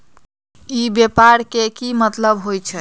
ई व्यापार के की मतलब होई छई?